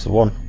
one